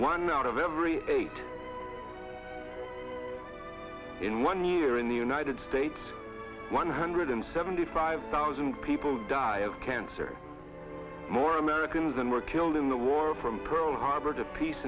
one out of every eight in one year in the united states one hundred and seventy five thousand people die of cancer more americans than were killed in the war from pearl harbor to peace